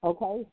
Okay